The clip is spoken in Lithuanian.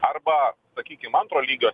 arba sakykim antro lygio